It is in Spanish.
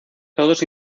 todos